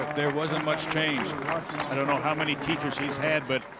there wasn't much change i don't know how many teachers he's had, but